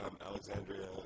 Alexandria